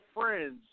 friends